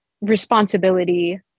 responsibility